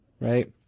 right